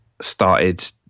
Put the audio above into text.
started